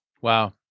Wow